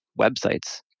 websites